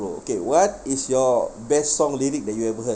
bro okay what is your best song lyric that you've heard